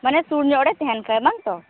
ᱢᱟᱱᱮ ᱥᱩᱨ ᱧᱚᱜ ᱨᱮ ᱛᱟᱦᱮᱱ ᱠᱷᱟᱡᱽ ᱵᱟᱝᱛᱚ